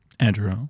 Andrew